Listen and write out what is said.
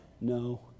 No